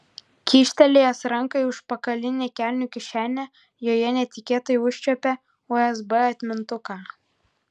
kyštelėjęs ranką į užpakalinę kelnių kišenę joje netikėtai užčiuopė usb atmintuką